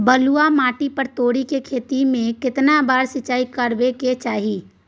बलुआ माटी पर तोरी के खेती में केतना बार सिंचाई करबा के चाही?